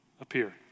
appear